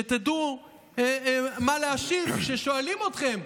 שתדעו מה להשיב כששואלים אתכם.